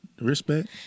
Respect